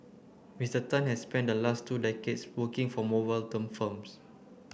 Mister Tan has spent the last two decades working for mobile term firms